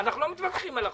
אנחנו לא מתווכחים על החוק,